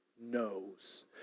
knows